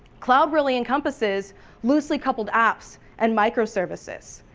cloud really encompasses loosely coupled apps and my row services.